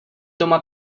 doma